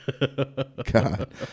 God